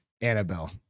Annabelle